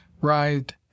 writhed